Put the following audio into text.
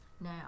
now